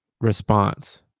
response